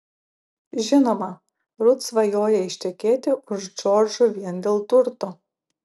žinoma rut svajoja ištekėti už džordžo vien dėl turto